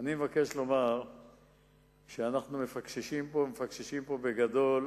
אני מבקש לומר שאנחנו מפקששים פה, ומפקששים בגדול,